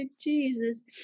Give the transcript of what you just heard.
Jesus